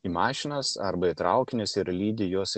į mašinas arba į traukinius ir lydi juos